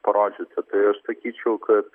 parodžiusi tai aš sakyčiau kad